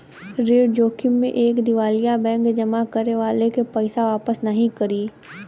ऋण जोखिम में एक दिवालिया बैंक जमा करे वाले के पइसा वापस नाहीं करी